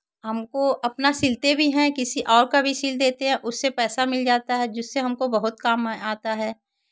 हमको अपना सिलते भी हैं किसी और का भी सिल देते हैं उससे पैसा मिल जाता है जिससे हमको बहुत काम आता है